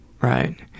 Right